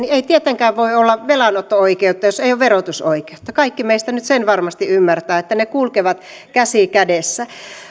että ei tietenkään voi olla velanotto oikeutta jos ei ole verotusoikeutta kaikki meistä nyt sen varmasti ymmärtävät että ne kulkevat käsi kädessä